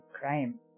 crime